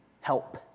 help